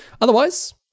Otherwise